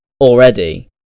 already